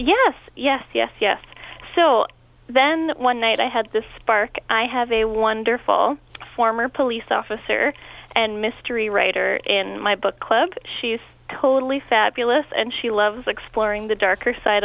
yes yes yes yes so then one night i had this spark i have a wonderful former police officer and mystery writer in my book club she's totally fabulous and she loves exploring the darker side